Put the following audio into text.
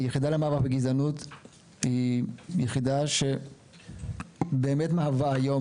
היחידה למאבק בגזענות היא יחידה שבאמת מהווה היום,